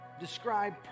describe